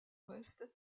ouest